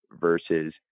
versus